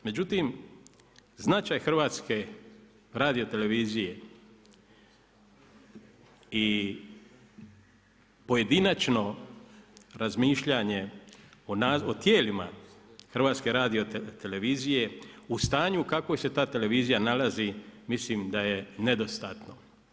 Međutim značaj, Hrvatske radiotelevizije i pojedinačno razmišljanje o tijelima Hrvatske radiotelevizije u stanju u kakvoj se ta televizija nalazi, mislim da je nedostatno.